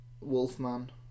Wolfman